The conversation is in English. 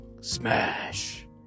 smash